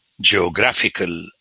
geographical